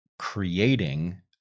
creating